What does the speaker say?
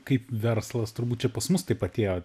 kaip verslas turbūt čia pas mus taip atėjo